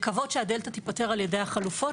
לקוות שהדלתא תיפתר על ידי החלופות,